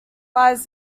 lies